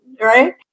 right